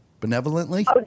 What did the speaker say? Benevolently